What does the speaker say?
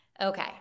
Okay